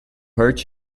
hurt